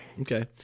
Okay